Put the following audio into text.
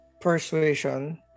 persuasion